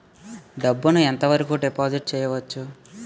డబ్బు ను ఎంత వరకు డిపాజిట్ చేయవచ్చు?